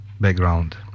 background